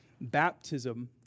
Baptism